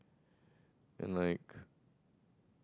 and like